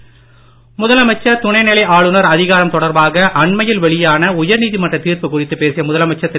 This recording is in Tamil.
நாராயணசாமி முதலமைச்சர் துணைநிலை ஆளுநர் அதிகாரம் தொடர்பாக அண்மையில் வெளியான உயர்நீதிமன்ற தீர்ப்பு குறித்து பேசிய முதலமைச்சர் திரு